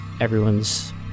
everyone's